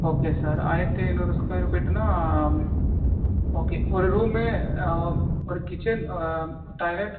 okay sir ஆயரத்து ஐநூறு square ஃபீட்டுன்னா ஓகே ஒரு ரூம்மு ஒரு கிச்சன் டாய்லெட்